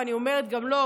ואני אומרת גם לו,